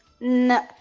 No